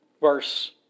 verse